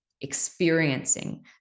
experiencing